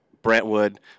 Brentwood